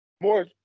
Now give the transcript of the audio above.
More